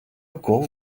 golf